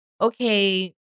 okay